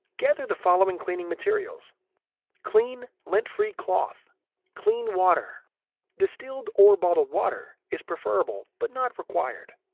gather the following cleaning materials clean, lint-free cloth clean water distilled or bottled water is preferable but not required.